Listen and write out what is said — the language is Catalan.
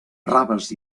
raves